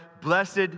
Blessed